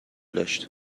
داشت